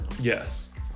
Yes